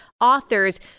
authors